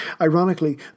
Ironically